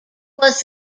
was